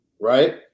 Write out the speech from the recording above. right